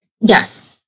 Yes